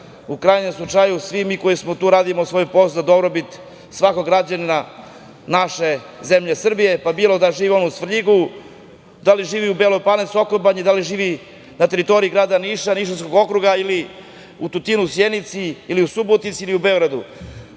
U krajnjem slučaju, svi mi koji smo tu, radimo svoj posao za dobrobit svakog građanina naše zemlje Srbije, pa bilo da živimo u Svrljigu, da li živi u Beloj Palanci, Sokobanji, da li živi na teritoriji grada Niša, Nišavskog okruga ili u Tutinu, Sjenici, u Subotici ili u Beogradu.